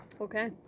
Okay